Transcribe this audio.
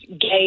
gay